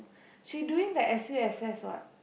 she doing the S_U_S_S what